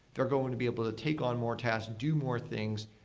they're going to be able to take on more tasks, do more things,